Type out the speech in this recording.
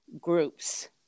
groups